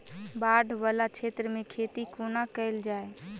बाढ़ वला क्षेत्र मे खेती कोना कैल जाय?